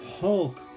Hulk